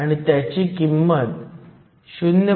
तर EFn EFi हे 0